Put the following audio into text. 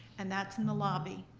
and that's in the lobby.